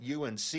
UNC